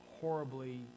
horribly